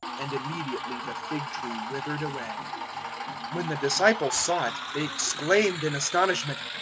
and immediately the fig-tree withered away when the disciples saw it they exclaimed in astonishment,